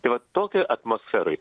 tai vat tokioj atmosferoj